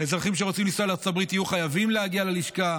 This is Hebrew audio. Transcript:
אזרחים שרוצים לנסוע לארצות הברית יהיו חייבים להגיע ללשכה,